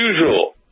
usual